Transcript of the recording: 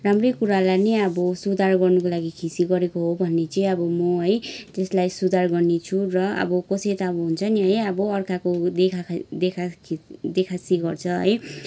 राम्रै कुरालाई पनि अब सुधार गर्नुको लागि खिसी गरेको हो भने चाहिँ अब म है त्ईयसलाई सुधार गर्नेछु र अब कसै त अब हुन्छ नि है अब अर्काको देखा खाई देखा खा देखासेखी गर्छ है